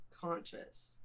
conscious